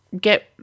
get